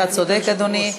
אתה צודק, אדוני.